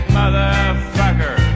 motherfucker